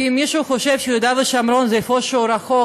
כי אם מישהו חושב שיהודה ושומרון זה איפשהו רחוק